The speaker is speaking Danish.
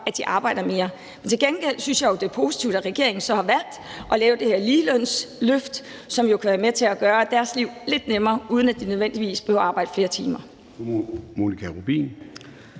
at de arbejder mere. Men til gengæld synes jeg jo, det er positivt, at regeringen så har valgt at lave det her ligelønsløft, som kan være med til at gøre deres liv lidt nemmere, uden at de nødvendigvis behøver at arbejde flere timer.